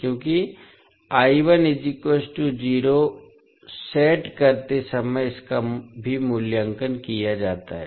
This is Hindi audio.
क्योंकि सेट करते समय इसका मूल्यांकन भी किया जाता है